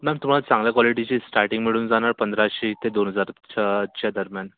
ma'am तुम्हाला चांगल्या क्वालिटीची स्टार्टींग मिळून जाणार पंधराशे ते दोन हजारच्या च्या दरम्यान